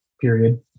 period